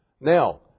Now